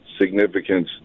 significance